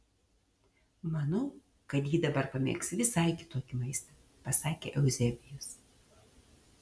manau kad ji dabar pamėgs visai kitokį maistą pasakė euzebijus